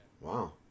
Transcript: Wow